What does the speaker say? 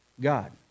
God